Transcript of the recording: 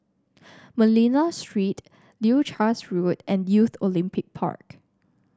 Manila Street Leuchars Road and Youth Olympic Park